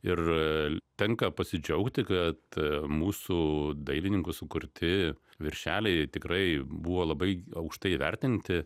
ir tenka pasidžiaugti kad mūsų dailininkų sukurti viršeliai tikrai buvo labai aukštai įvertinti